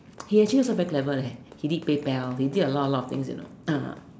he actually also very clever leh he did pay pal he did a lot a lot of things you know uh